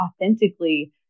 authentically